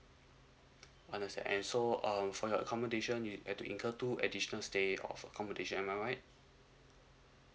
understand and so um for the accommodation you had to incur two additional stay of accommodation am I right